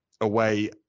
away